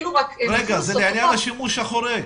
לעניין השימוש החורג.